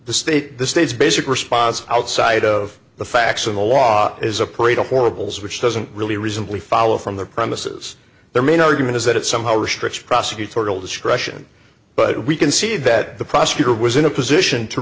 the state the state's basic response outside of the facts of the law is a parade of horribles which doesn't really reasonably follow from the premises their main argument is that it somehow restricts prosecutorial discretion but we can see that the prosecutor was in a position to